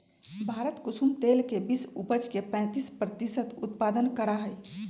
भारत कुसुम तेल के विश्व उपज के पैंतीस प्रतिशत उत्पादन करा हई